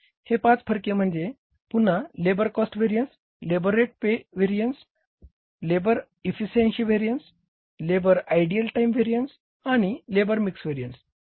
हे पाच फरके पुन्हा लेबर कॉस्ट व्हेरिअन्स ही आहेत